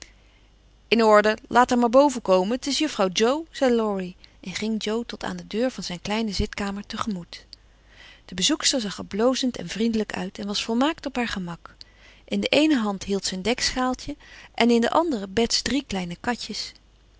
in orde laat haar maar boven komen t is juffrouw jo zei laurie en ging jo tot aan de deur van zijn kleine zitkamer te gemoet de bezoekster zag er blozend en vriendelijk uit en was volmaakt op haar gemak in de eene hand hield ze een dekschaaltje en in de andere bets drie kleine katjes